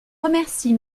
remercie